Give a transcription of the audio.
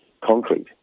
concrete